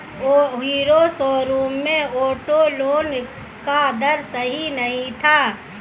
hero showroom में auto loan का दर सही नहीं था